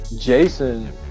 Jason